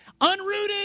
unrooted